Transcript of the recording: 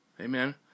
Amen